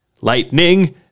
lightning